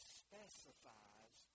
specifies